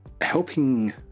helping